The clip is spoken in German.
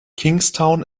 kingstown